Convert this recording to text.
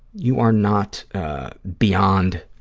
you are not beyond